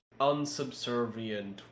unsubservient